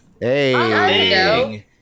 Hey